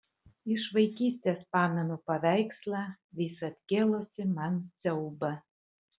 iš vaikystės pamenu paveikslą visad kėlusį man siaubą